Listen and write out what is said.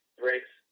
breaks